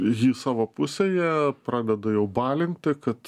jį savo pusėje pradeda jau balinti kad